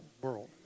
world